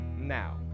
Now